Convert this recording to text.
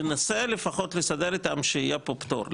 תנסה לפחות לסדר איתם שיהיה פה פטור.